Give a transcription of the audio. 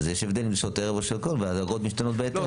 אז יש הבדל בין שעות הערב והדרגות משתנות בהתאם.